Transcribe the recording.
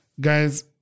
Guys